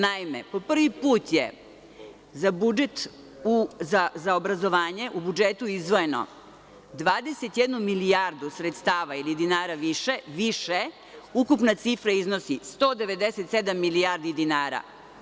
Naime, po prvi put je za obrazovanje u budžetu izdvojeno 21 milijardu sredstava ili dinara više, a ukupna cifra iznosi 197 milijardi dinara.